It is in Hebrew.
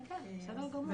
כן, בסדר גמור.